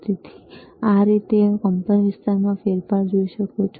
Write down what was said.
તેથી આ રીતે તમે કંપનવિસ્તારમાં ફેરફાર જોઈ શકો છો